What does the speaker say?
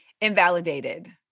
Invalidated